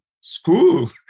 School